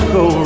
go